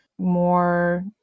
more